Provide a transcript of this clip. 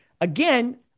again